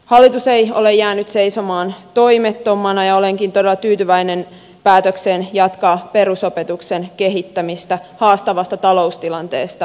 hallitus ei ole jäänyt seisomaan toimettomana ja olenkin todella tyytyväinen päätökseen jatkaa perusopetuksen kehittämistä haastavasta taloustilanteesta huolimatta